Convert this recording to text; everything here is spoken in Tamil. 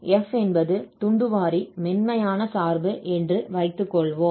F என்பது துண்டுவாரி மென்மையான சார்பு என்று வைத்துக்கொள்வோம்